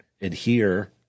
adhere